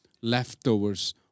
leftovers